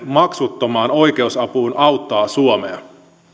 maksuttomaan oikeusapuun auttaa suomea